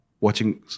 watching